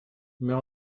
mais